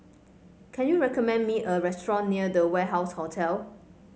can you recommend me a restaurant near The Warehouse Hotel